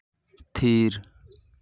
ᱛᱷᱤᱨ